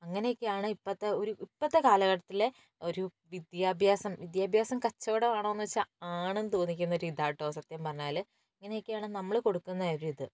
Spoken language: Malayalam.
അങ്ങനെയൊക്കെയാണ് ഇപ്പോഴത്തെ ഒരു ഇപ്പോഴത്തെ കാലഘട്ടത്തിലെ ഒരു വിദ്യാഭ്യാസം വിദ്യാഭ്യാസം കച്ചവടമാണോയെന്ന് ചോദിച്ചാൽ ആണെന്ന് തോന്നിക്കുന്ന ഒരിതാണ് കേട്ടോ സത്യം പറഞ്ഞാൽ ഇങ്ങനെയൊക്കെയാണ് നമ്മൾ കൊടുക്കുന്ന ഒരിത്